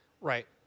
Right